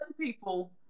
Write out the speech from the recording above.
people